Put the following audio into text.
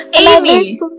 Amy